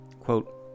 quote